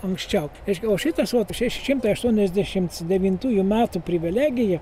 anksčiau reiškia o šitas vot šeši šimtai aštuoniasdešims devintųjų metų privilegija